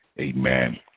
Amen